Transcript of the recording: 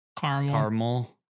Caramel